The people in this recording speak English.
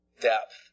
depth